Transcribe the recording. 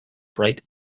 bright